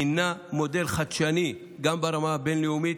הינה מודל חדשני גם ברמה הבין-לאומית